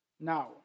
now